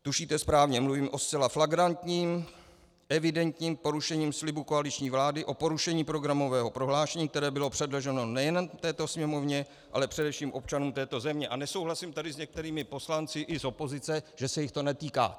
Tušíte správně, mluvím o zcela flagrantním evidentním porušení slibu koaliční vlády, o porušení programového prohlášení, které bylo předloženo nejen této Sněmovně, ale především občanům této země, a nesouhlasím tady s některými poslanci i z opozice, že se jich to netýká.